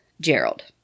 Gerald